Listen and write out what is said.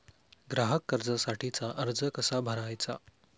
ग्राहक कर्जासाठीचा अर्ज कसा भरायचा?